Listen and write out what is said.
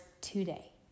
today